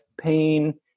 pain